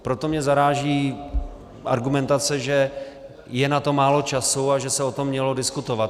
Proto mě zaráží argumentace, že je na to málo času a že se o tom mělo diskutovat.